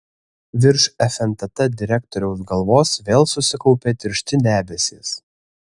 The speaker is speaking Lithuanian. virš fntt direktoriaus galvos vėl susikaupė tiršti debesys